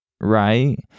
right